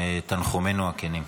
תנחומינו הכנים.